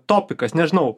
topikas nežinau